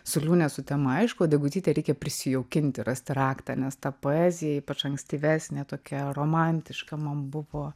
su liūnė sutema aišku o degutytę reikia prisijaukinti rasti raktą nes ta poezija ypač ankstyvesnė tokia romantiška man buvo